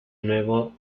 nuevo